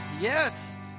Yes